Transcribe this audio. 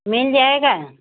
मिल जाएगा